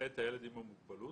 הילד עם המוגבלות,